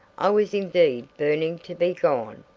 i was indeed burning to be gone.